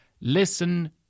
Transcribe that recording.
listen